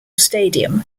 stadium